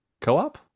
Co-op